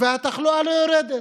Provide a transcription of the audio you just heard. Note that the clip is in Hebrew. והתחלואה לא יורדת.